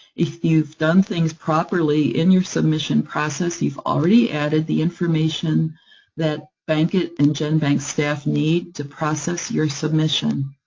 if you've done things properly in your submission process, you've already added the information that bankit and genbank staff need to process your submission.